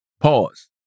Pause